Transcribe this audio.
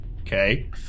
okay